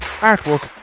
artwork